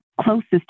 closest